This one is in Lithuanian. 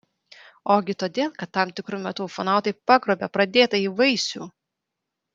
ogi todėl kad tam tikru metu ufonautai pagrobia pradėtąjį vaisių